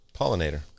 pollinator